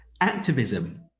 activism